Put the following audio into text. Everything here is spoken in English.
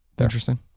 Interesting